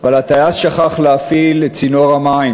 אבל הטייס שכח להפעיל את צינור המים,